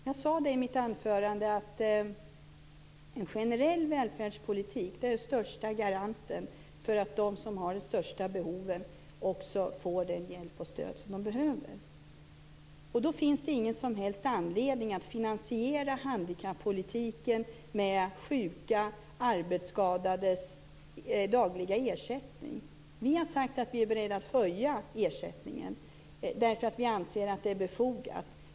Jag sade i mitt anförande att en generell välfärdspolitik är den bästa garantin för att de som har det största behovet också får den hjälp och det stöd de behöver. Då finns det ingen som helst anledning att finansiera handikappolitiken med de sjukas och arbetsskadades dagliga ersättning. Vi har sagt att vi är beredda att höja ersättningen. Vi anser nämligen att det är befogat.